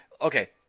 okay